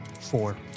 Four